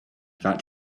that